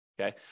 Okay